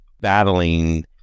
battling